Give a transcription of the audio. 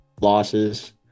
losses